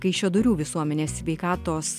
kaišiadorių visuomenės sveikatos